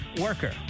worker